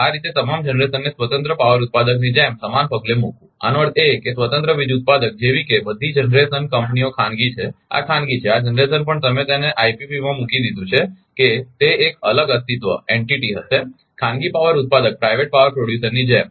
આ રીતે તમામ જનરેશનને સ્વતંત્ર પાવર ઉત્પાદકની જેમ સમાન પગલે મૂકવું આનો અર્થ એ કે સ્વતંત્ર વીજ ઉત્પાદક જેવી બધી જનરેશનની કંપનીઓ ખાનગી છે આ ખાનગી છે આ જનરેશન પણ તમે તેને આઇપીપીમાં મૂકી દીધું છે કે તે એક અલગ અસ્તિત્વએન્ટિટી હશે ખાનગી પાવર ઉત્પાદકની જેમ